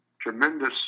Tremendous